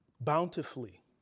bountifully